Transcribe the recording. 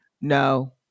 no